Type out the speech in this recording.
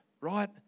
right